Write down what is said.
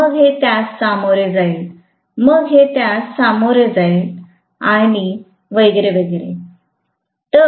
मग हे त्यास सामोरे जाईल मग हे त्यास सामोरे जात आहे वगैरे वगैरे